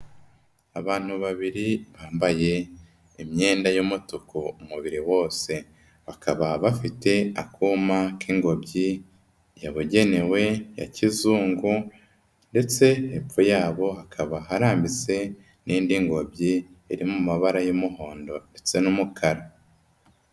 Abantu babiri bambaye imyenda y'umutuku umubiri wose. Bakaba bafite akuma k'ingobyi yabugenewe, ya kizungu ndetse hepfo yabo, hakaba harambitse n'indi ngobyi, iri mu mabara y'umuhondo ndetse n'umukara.